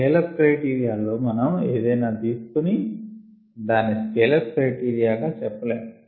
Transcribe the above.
scale up criteria లో మనం ఏదైనా తీసుకొని దాని స్కెల్ అప్ క్రైటీరియా గా చెప్పలేము